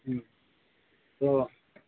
हाँ